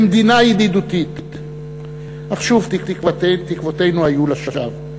ממדינה ידידותית, אך שוב תקוותינו היו לשווא.